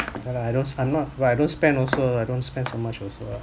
and I those I'm not what I don't spend also I don't spend so much also